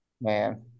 Man